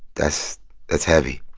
that's that's heavy.